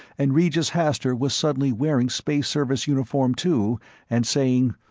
and regis hastur was suddenly wearing space service uniform too and saying,